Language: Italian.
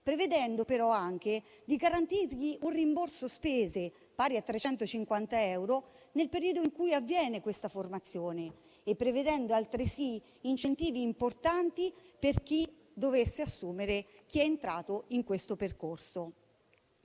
prevedendo però di garantirgli un rimborso spese pari a 350 euro nel periodo in cui avviene questa formazione e prevedendo altresì incentivi importanti per chi dovesse assumere chi è entrato in questo percorso.